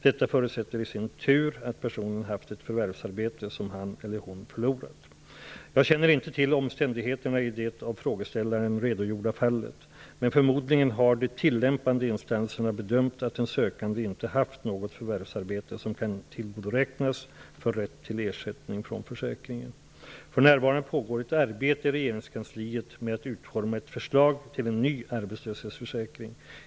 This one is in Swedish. Detta förutsätter i sin tur att personen haft ett förvärvsarbete som han eller hon förlorat. Jag känner inte till omständigheterna i det av frågeställaren redogjorda fallet, men förmodligen har de tillämpande instanserna bedömt att den sökande inte haft något förvärvsarbete som kan tillgodoräknas för rätt till ersättning från försäkringen. För närvarande pågår ett arbete i regeringskansliet med att utforma ett förslag till en ny arbetslöshetsförsäkring.